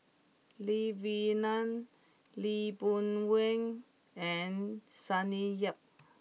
Lee Wee Nam Lee Boon Wang and Sonny Yap